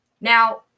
Now